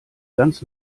ganz